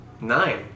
Nine